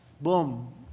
boom